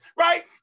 right